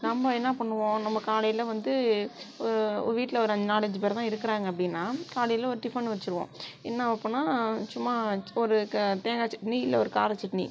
நம்ப என்னாப்பண்ணுவோம் நம்ப காலையில் வந்து வீட்டில் வந்து ஒரு நாலு அஞ்சு பேருதான் இருக்கிறாங்க அப்படின்னா காலையில் ஒரு டிஃபன் வச்சுருவோம் என்ன வைப்போன்னா சும்மா ஒரு தேங்காய் சட்னி இல்ல ஒரு காரச்சட்னி